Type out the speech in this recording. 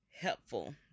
helpful